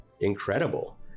incredible